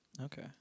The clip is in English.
Okay